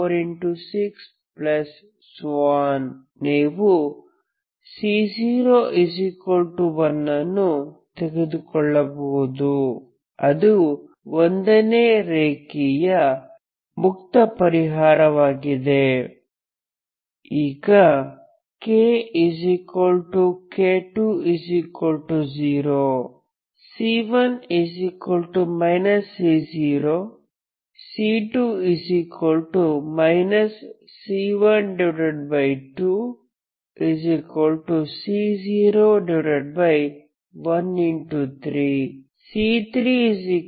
6 ನೀವು C01 ಅನ್ನು ತೆಗೆದುಕೊಳ್ಳಬಹುದು ಅದು 1 ನೇ ರೇಖೀಯ ಮುಕ್ತ ಪರಿಹಾರವಾಗಿದೆ ಈಗ k k2 0 C1 C0 C2 C12C01